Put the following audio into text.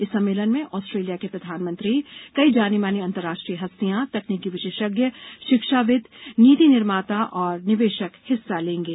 इस सम्मेलन में आस्ट्रेलिया के प्रधानमंत्री कई जानीमानी अंतरराष्ट्रीय हस्तियां तकनीकी विशेषज्ञ शिक्षाविद नीति निर्माता और निवेशक हिस्सा लेंगे